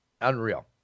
Unreal